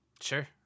sure